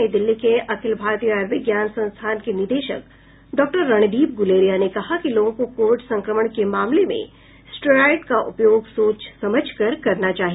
नई दिल्ली के अखिल भारतीय आयुर्विज्ञान संस्थान के निदेशक डॉक्टर रणदीप गुलेरिया ने कहा कि लोगों को कोविड संक्रमण के मामले में स्टेराइड का उपयोग सोच समझ कर करना चाहिए